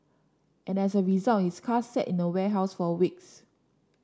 and as a result his car sat in a warehouse for weeks